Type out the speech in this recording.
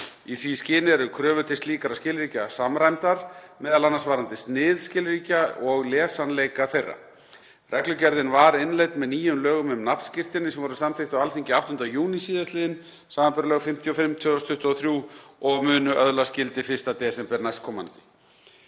Í því skyni eru kröfur til slíkra skilríkja samræmdar, m.a. varðandi snið skilríkja og lesanleika þeirra. Reglugerðin var innleidd með nýjum lögum um nafnskírteini sem voru samþykkt á Alþingi 8. júní síðastliðinn, nr. 55/2023, og munu öðlast gildi 1. desember næstkomandi.